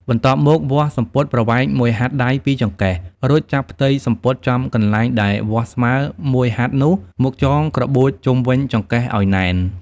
បន្ទាប់មកវាស់សំពត់ប្រវែងមួយហាត់ដៃពីចង្កេះរួចចាប់ផ្ទៃសំពត់ចំកន្លែងដែលវាស់ស្មើមួយហាត់នោះមកចងក្របួចជុំវិញចង្កេះឲ្យណែន។